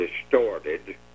distorted